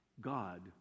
God